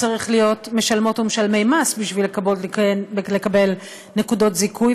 צריך להיות משלמות ומשלמי מס בשביל לקבל נקודות זיכוי,